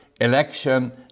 election